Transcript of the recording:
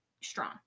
strong